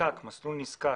"מסלול נזקק".